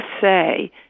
say